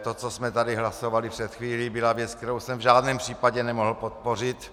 To, co jsme tady hlasovali před chvílí, byla věc, kterou jsem v žádném případě nemohl podpořit.